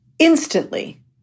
Instantly